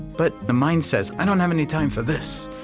but the mind says, i don't have any time for this.